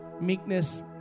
meekness